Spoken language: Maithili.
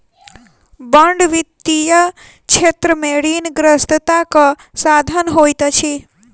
बांड वित्तीय क्षेत्र में ऋणग्रस्तताक साधन होइत अछि